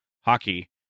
hockey